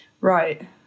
Right